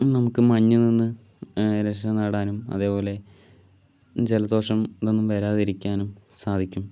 അത് നമുക്ക് മഞ്ഞ് നിന്ന് രക്ഷനേടാനും അതേപോലെ ജലദോഷം ഒന്നും വരാതിരിക്കാനും സാധിക്കും